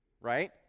Right